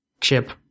chip